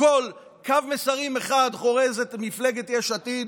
הכול, קו מסרים אחד חורזת מפלגת יש עתיד: